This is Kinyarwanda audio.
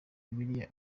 bibiliya